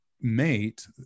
mate